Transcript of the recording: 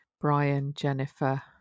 Brian-Jennifer